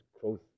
growth